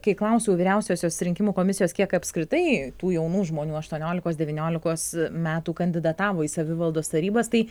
kai klausiau vyriausiosios rinkimų komisijos kiek apskritai tų jaunų žmonių aštuoniolikos devyniolikos metų kandidatavo į savivaldos tarybas tai